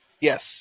Yes